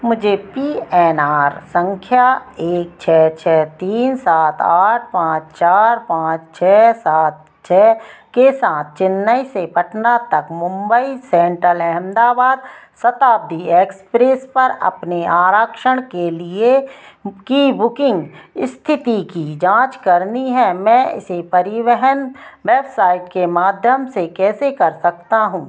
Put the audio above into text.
मुझे P N R संख्या एक छः छः तीन सात आठ पाँच चार पाँच छः सात छः के साथ चेन्नई से पटना तक मुम्बई सेन्ट्रल अहमदाबाद शताब्दी एक्सप्रेस पर अपने आरक्षण के लिए की बुकिंग स्थिति की जाँच करनी है मैं इसे परिवहन बेबसाइट के माध्यम से कैसे कर सकता हूँ